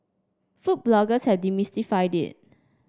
food bloggers have demystified it